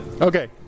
Okay